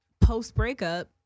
post-breakup